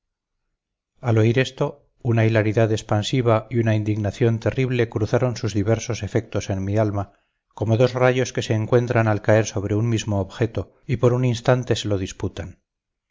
al oír esto una hilaridad expansiva y una indignación terrible cruzaron sus diversos efectos en mi alma como dos rayos que se encuentran al caer sobre un mismo objeto y por un instante se lo disputan